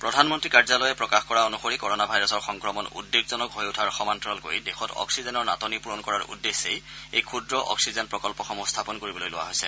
প্ৰধানমন্ত্ৰী কাৰ্যালয়ে প্ৰকাশ কৰা অনুসৰি কৰনা ভাইৰাছৰ সংক্ৰমণ উদ্বেগজনক হৈ উঠাৰ সমান্তৰালকৈ দেশত অগ্গিজেনৰ নাটনি পূৰণ কৰাৰ উদ্দেশ্যেই এই ক্ষুদ্ৰ অপ্সিজেন প্ৰকল্পসমূহ স্থাপন কৰিবলৈ লোৱা হৈছে